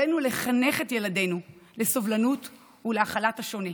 עלינו לחנך את ילדינו לסובלנות ולהכלת השונה.